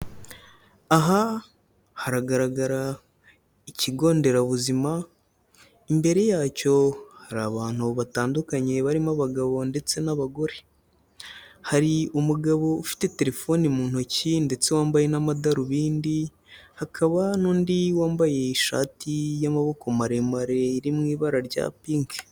Aha haragaragara ikigo nderabuzima, imbere yacyo hari abantu batandukanye barimo abagabo ndetse n'abagore. Hari umugabo ufite telefoni mu ntoki ndetse wambaye n'amadarubindi, hakaba n'undi wambaye ishati y'amaboko maremare iri mu ibara rya pink.